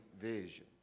vision